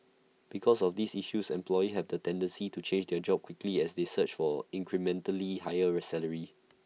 because of these issues employee had A tendency to change job quickly as they search for incrementally higher salaries